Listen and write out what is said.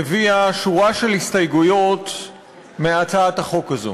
הביאה שורה של הסתייגויות מהצעת החוק הזו.